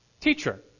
Teacher